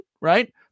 right